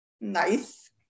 nice